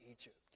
Egypt